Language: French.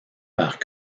faire